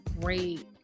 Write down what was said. great